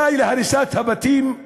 די להריסת הבתים,